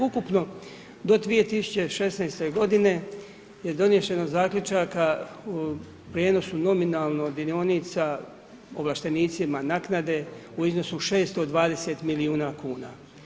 Ukupno do 2016. godine je doneseno zaključaka u prijenosu nominalnog milijuna sa ovlaštenicima naknade u iznosu 620 milijuna kuna.